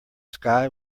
sky